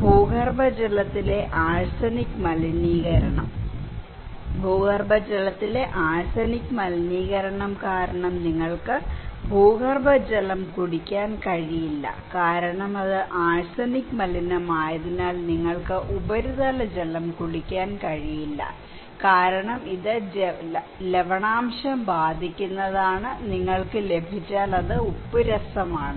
ഭൂഗർഭജലത്തിലെ ആഴ്സനിക് മലിനീകരണം ഭൂഗർഭജലത്തിലെ ആഴ്സനിക് മലിനീകരണം കാരണം നിങ്ങൾക്ക് ഭൂഗർഭജലം കുടിക്കാൻ കഴിയില്ല കാരണം അത് ആഴ്സനിക് മലിനമായതിനാൽ നിങ്ങൾക്ക് ഉപരിതല ജലം കുടിക്കാൻ കഴിയില്ല കാരണം ഇത് ലവണാംശം ബാധിക്കുന്നതാണ് നിങ്ങൾക്ക് ലഭിച്ചാൽ ഉപ്പുരസമാണ്